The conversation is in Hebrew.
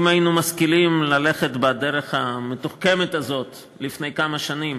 אם היינו משכילים ללכת בדרך המתוחכמת הזאת לפני כמה שנים,